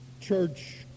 church